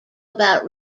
about